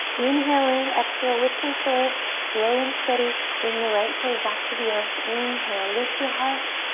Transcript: inhale in. exhale with control. slow and steady, bring the right toes back to the earth. inhale, lift your heart.